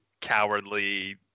cowardly